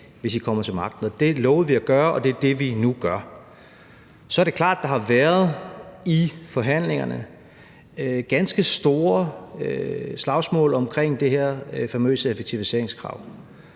hvis I kommer til magten? Det lovede vi at gøre, og det er det, vi nu gør. Så er det klart, at der i forhandlingerne har været ganske store slagsmål om det her famøse effektiviseringskrav.